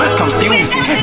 confusing